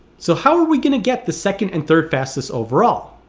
so how are we going to get the second and third fastest overall?